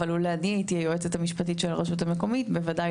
אבל לו אני הייתי היועצת המשפטית של הרשות המקומית בוודאי